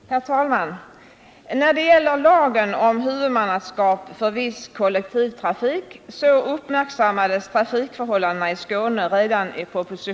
Herr talman! Redan i propositionen 1977/78:92 med förslag till lag om huvudmannaskap för viss kollektivtrafik uppmärksammades trafikförhållandena i Skåne.